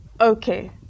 Okay